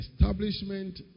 Establishment